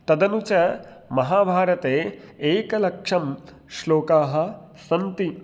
तदनु च महाभारते एकलक्षं श्लोकाः सन्ति